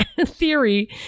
theory